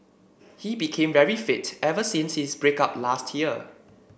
he became very fit ever since his break up last year